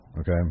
Okay